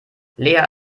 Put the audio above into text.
lea